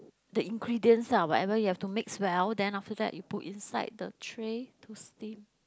the ingredients ah whatever you have to mix well then after that you put inside the tray to steam